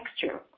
texture